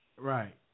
right